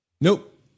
nope